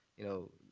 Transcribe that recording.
you know,